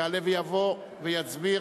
יעלה ויבוא ויסביר